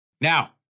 Now